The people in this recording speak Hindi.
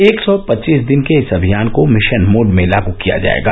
एक सौ पच्चीस दिन के इस अभियान को मिशन मोड में लागू किया जाएगा